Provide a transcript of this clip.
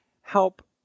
help